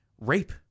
rape